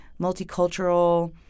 multicultural